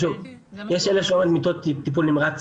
יש 1,700 מיטות טיפול נמרץ